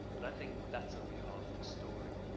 but i think that's only half the story.